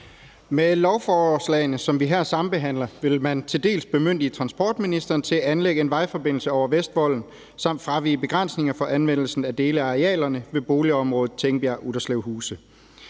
Med lovforslagene, som vi her sambehandler, vil man bemyndige transportministeren til at anlægge en vejforbindelse over Vestvolden samt fravige begrænsninger for anvendelsen af dele af arealerne ved boligområdet Tingbjerg/Utterslevhuse.